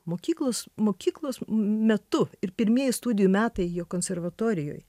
mokyklos mokyklos metu ir pirmieji studijų metai jo konservatorijoj